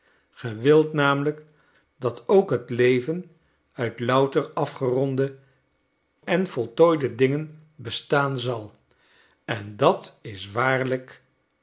wilt namelijk dat ook het leven uit louter afgeronde en voltooide dingen bestaan zal en dat is waarlijk